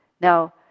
Now